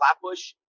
Flatbush